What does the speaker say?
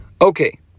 Okay